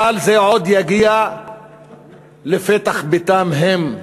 אבל זה עוד יגיע לפתח ביתם הם.